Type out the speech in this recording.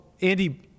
Andy